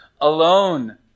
alone